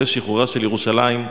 אחרי שחרורה של ירושלים,